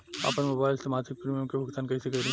आपन मोबाइल से मसिक प्रिमियम के भुगतान कइसे करि?